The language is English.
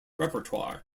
repertoire